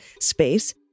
space